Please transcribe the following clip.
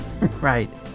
Right